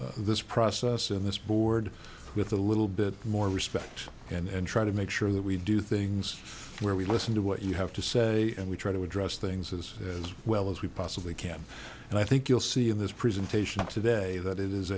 this this process and this board with a little bit more respect and try to make sure that we do things where we listen to what you have to say and we try to address things as as well as we possibly can and i think you'll see in this presentation today that it is